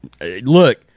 Look